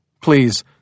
Please